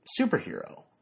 superhero